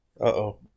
Uh-oh